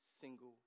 single